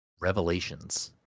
Revelations